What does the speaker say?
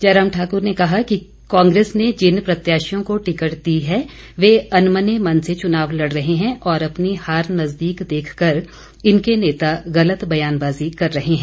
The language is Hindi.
जयराम ठाक्र ने कहा कि कांग्रेस ने जिन प्रत्याशियों को टिकट दी है वे अनमने मन से चुनाव लड़ रहे हैं और अपनी हार नजदीक देखकर इनके नेता गलत बयानबाजी कर रहे हैं